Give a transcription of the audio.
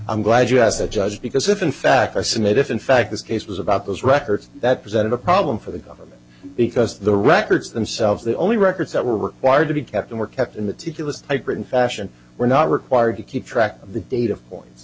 i'm glad you as a judge because if in fact i said that if in fact this case was about those records that present a problem for the government because the records themselves the only records that were required to be kept and were kept in the teeth it was written fashion were not required to keep track of the data points